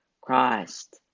Christ